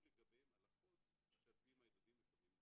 לגביהם הלכות שעל פיהם הילדים מקבלים גמלה.